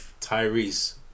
tyrese